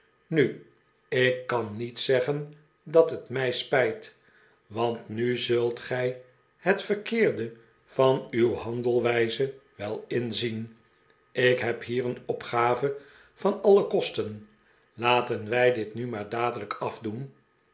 nu ik kan niet zeggen dat het mij spijt want nu zult gij het verkeerde van uw handelwijze wel inzien ik heb hier een opgave van alle kosten laten wij dit nu maar dadelijk afdoen